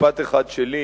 משפט אחד שלי.